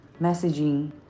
messaging